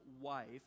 wife